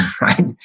right